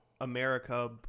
america